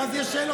ואז יש שאלות,